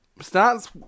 Starts